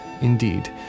indeed